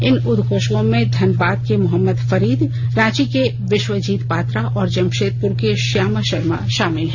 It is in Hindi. इन उदघोषकों में धनबाद के मोहम्मद फरीद रांची के विश्वजीत पात्रा और जमशेदपुर के श्याम शर्मा शामिल हैं